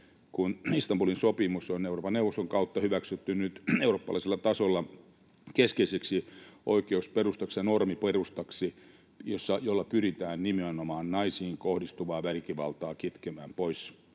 kun Istanbulin sopimus on Euroopan neuvoston kautta hyväksytty nyt eurooppalaisella tasolla keskeiseksi oikeusperustaksi ja normiperustaksi, jolla pyritään nimenomaan naisiin kohdistuvaa väkivaltaa kitkemään pois